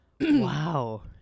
Wow